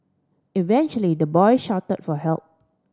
eventually the boy shout for help